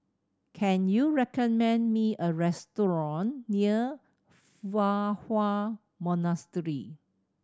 can you recommend me a restaurant near Fa Hua Monastery